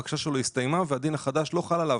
הבקשה שלו הסתיימה והדין החדש לא חל עליו,